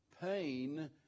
Pain